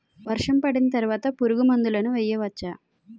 వర్షం పడిన తర్వాత పురుగు మందులను వేయచ్చా?